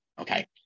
okay